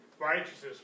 righteousness